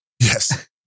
yes